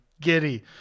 Giddy